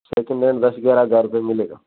second hand दस ग्यारह हज़ार रुपये मिलेगा